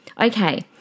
Okay